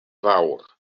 fawr